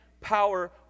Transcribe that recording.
power